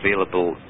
available